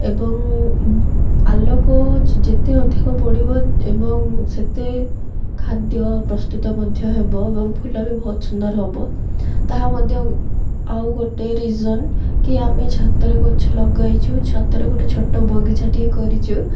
ଏବଂ ଆଲୋକ ଯେତେ ଅଧିକ ପଡ଼ିବ ଏବଂ ସେତେ ଖାଦ୍ୟ ପ୍ରସ୍ତୁତ ମଧ୍ୟ ହେବ ଏବଂ ଫୁଲ ବି ବହୁତ ସୁନ୍ଦର ହେବ ତାହା ମଧ୍ୟ ଆଉ ଗୋଟେ ରିଜନ୍ କି ଆମେ ଛାତରେ ଗଛ ଲଗାଇଛୁ ଛାତରେ ଗୋଟେ ଛୋଟ ବଗିଚାଟିଏ କରିଛୁ